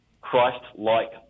Christ-like